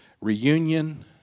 Reunion